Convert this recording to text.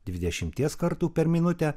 dvidešimties kartų per minutę